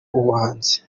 ubuhanzi